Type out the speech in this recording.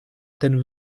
ten